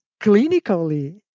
clinically